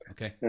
Okay